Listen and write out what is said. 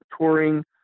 touring